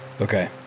Okay